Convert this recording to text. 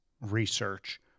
research